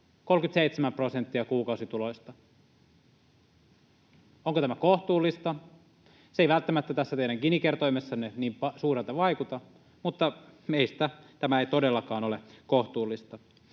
37 prosenttia kuukausituloista. Onko tämä kohtuullista? Se ei välttämättä tässä teidän Gini-kertoimessanne niin suurelta vaikuta, mutta meistä tämä ei todellakaan ole kohtuullista.